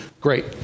great